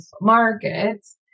markets